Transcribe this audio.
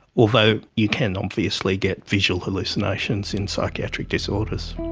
although you can obviously get visual hallucinations in psychiatric disorders.